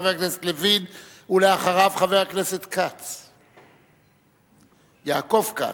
חבר הכנסת לוין, ואחריו, חבר הכנסת יעקב כץ,